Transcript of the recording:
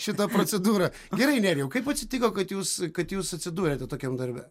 šitą procedūrą gerai nerijau kaip atsitiko kad jūs kad jūs atsidūrėte tokiam darbe